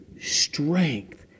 strength